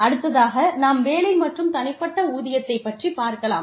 அடுத்ததாக நாம் வேலை மற்றும் தனிப்பட்ட ஊதியத்தைப் பற்றி பார்க்கலாம்